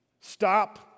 Stop